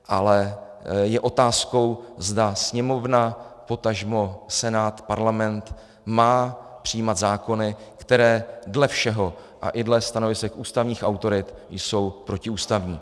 Ale je otázkou, zda Sněmovna, potažmo Senát, Parlament, má přijímat zákony, které dle všeho, i dle stanovisek ústavních autorit, jsou protiústavní.